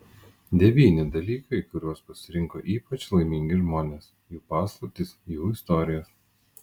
devyni dalykai kuriuos pasirinko ypač laimingi žmonės jų paslaptys jų istorijos